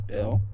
Bill